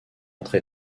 entre